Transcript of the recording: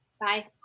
Bye